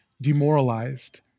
demoralized